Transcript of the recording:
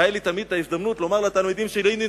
היתה לי תמיד ההזדמנות לומר לתלמידים שלי: הנה,